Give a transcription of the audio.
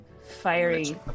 fiery